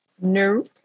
No